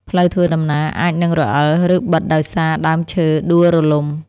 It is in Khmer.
ផ្លូវធ្វើដំណើរអាចនឹងរអិល ឬបិទដោយសារដើមឈើដួលរលំ។